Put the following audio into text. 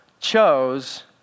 chose